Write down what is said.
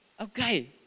okay